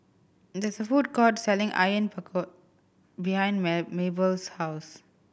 there is a food court selling Onion Pakora behind Mabelle's house